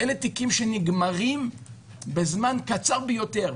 אלה תיקים שנגמרים בזמן קצר ביותר.